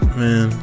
man